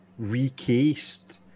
recased